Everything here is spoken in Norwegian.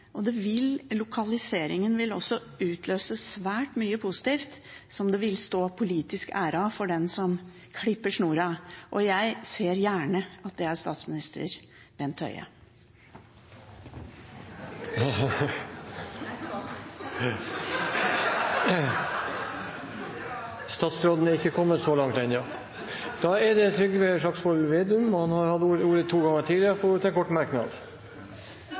og lokaliseringen vil også utløse svært mye positivt som det vil stå politisk ære av for den som klipper snora. Og jeg ser gjerne at det er statsminister Bent Høie! Statsråden har ikke kommet så langt – ennå! Trygve Slagsvold Vedum har hatt ordet to ganger tidligere og får ordet til en kort merknad,